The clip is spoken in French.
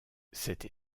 cette